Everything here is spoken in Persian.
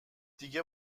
دیگه